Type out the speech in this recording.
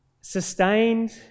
sustained